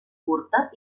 curta